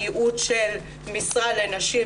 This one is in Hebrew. יוראי סליחה.